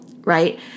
right